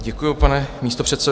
Děkuji, pane místopředsedo.